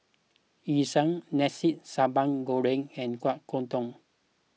Yu Sheng Nasi Sambal Goreng and Kueh Kodok